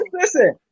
Listen